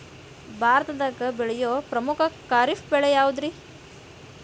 ಭಾರತದಾಗ ಬೆಳೆಯೋ ಪ್ರಮುಖ ಖಾರಿಫ್ ಬೆಳೆ ಯಾವುದ್ರೇ?